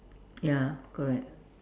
ya correct